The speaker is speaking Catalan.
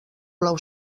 blau